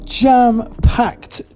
jam-packed